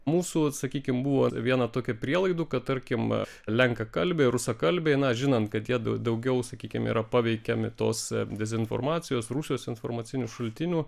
mūsų sakykim buvo viena tokių prielaidų kad tarkim lenkakalbiai rusakalbiai na žinant kad jiedu daugiau sakykim yra paveikiami tos dezinformacijos rusijos informacinių šaltinių